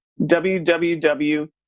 www